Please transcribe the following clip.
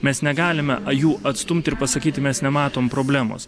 mes negalime jų atstumti ir pasakyti mes nematom problemos